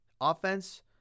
Offense